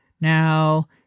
Now